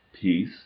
peace